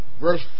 Verse